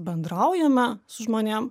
bendraujame su žmonėm